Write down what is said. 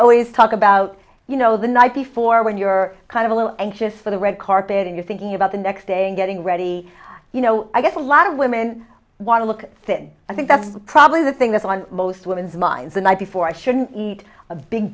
talk about you know the night before when you're kind of a little anxious for the red carpet and you're thinking about the next day and getting ready you know i guess a lot of women want to look fit i think that's probably the thing that's on most women's minds the night before i should eat a big